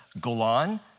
Golan